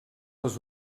les